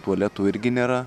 tualetų irgi nėra